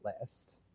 list